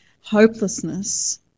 hopelessness